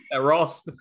Ross